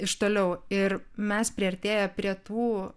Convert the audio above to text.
iš toliau ir mes priartėję prie tų